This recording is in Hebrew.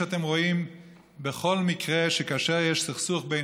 ואתם רואים בכל מקרה שכאשר יש סכסוך בין